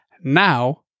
Now